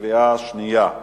בקריאה שנייה.